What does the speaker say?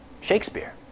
Shakespeare